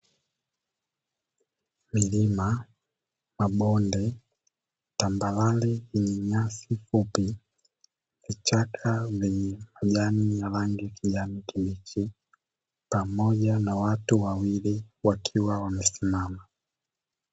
Milima, mabonde, tambarare yenye nyasi fupi, vichaka vyenye majani ya rangi ya kijani kibichi pamoja na watu wawili wakiwa wamesimama.